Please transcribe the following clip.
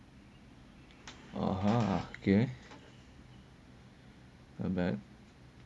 ah ha okay not bad